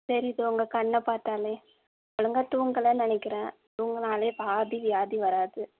தெரியுது உங்கள் கண்ணை பார்த்தாலே ஒழுங்கா தூங்கலை நினைக்கிறேன் தூங்குனாலே பாதி வியாதி வராது